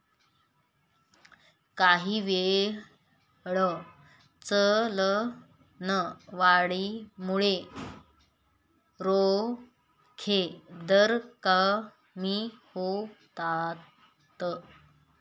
काहीवेळा, चलनवाढीमुळे रोखे दर कमी होतात